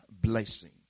blessing